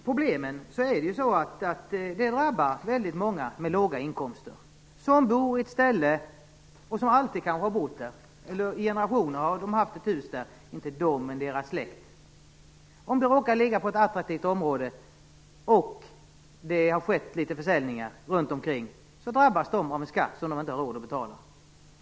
Problemen med fastighetsskatten drabbar väldigt många med låga inkomster, som bor på en plats där kanske släktingar har bott sedan flera generationer tillbaka. Om huset råkar vara beläget i ett attraktivt område och det har skett litet försäljningar i området, drabbas de av en skatt som de inte har råd att betala.